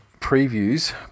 previews